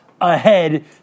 ahead